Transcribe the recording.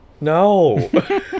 No